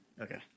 Okay